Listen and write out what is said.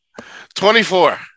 24